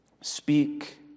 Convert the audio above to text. Speak